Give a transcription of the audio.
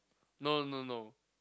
no no no